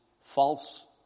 false